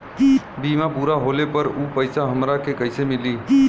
बीमा पूरा होले पर उ पैसा हमरा के कईसे मिली?